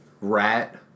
Rat